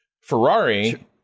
Ferrari